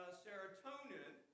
serotonin